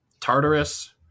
Tartarus